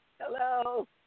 Hello